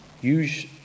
Use